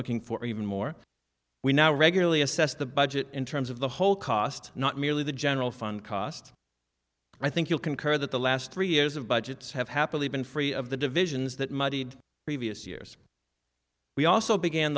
looking for even more we now regularly assess the budget in terms of the whole cost not merely the general fund cost i think you'll concur that the last three years of budgets have happily been free of the divisions that muddied previous years we also began